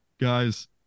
guys